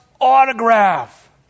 autograph